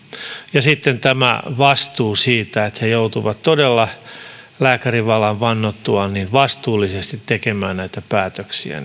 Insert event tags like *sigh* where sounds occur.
ja sitten tulisi tämä vastuu siitä että he joutuvat todella lääkärinvalan vannottuaan vastuullisesti tekemään näitä päätöksiä *unintelligible*